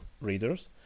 readers